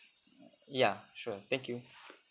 yeah sure thank you